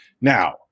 Now